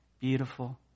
beautiful